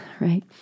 right